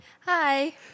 Hi